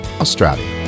Australia